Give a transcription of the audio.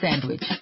Sandwich